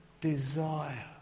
desire